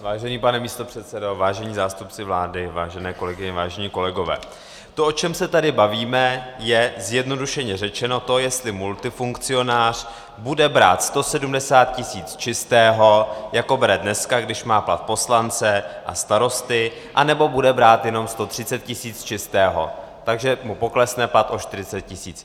Vážený pane místopředsedo, vážení zástupci vlády, vážené kolegyně, vážení kolegové, to, o čem se tady bavíme, je zjednodušeně řečeno to, jestli multifunkcionář bude brát 170 tisíc čistého, jako bere dneska, když má plat poslance a starosty, anebo bude brát jenom 130 tisíc čistého, takže mu poklesne plat o 40 tisíc.